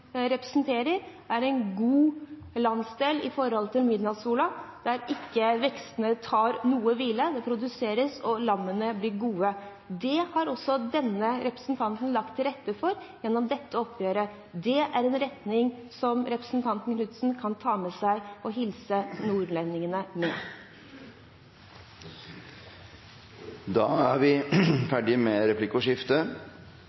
representerer, er en god landsdel med tanke på midnattssolen, der ikke vekstene tar noe hvile, det produseres, og lammene blir gode. Det har også denne representanten lagt til rette for gjennom dette oppgjøret. Det er en retning som representanten Knutsen kan ta med seg og hilse nordlendingene med. Replikkordskiftet er